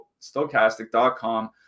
stochastic.com